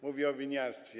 Mówię o winiarstwie.